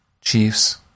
Chiefs